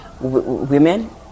women